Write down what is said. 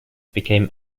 became